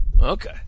Okay